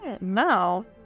No